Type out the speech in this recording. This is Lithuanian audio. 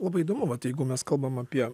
labai įdomu vat jeigu mes kalbam apie